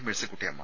Mercykuttyamma